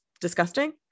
disgusting